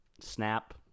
snap